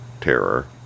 terror